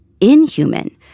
inhuman